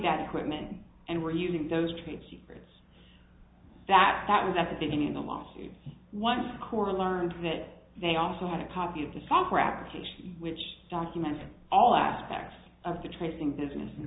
that equipment and we're using those trade secrets that that was at the beginning of the last one score learned that they also had a copy of the software application which documents all aspects of the tracing business and